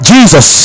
Jesus